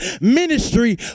ministry